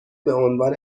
بعنوان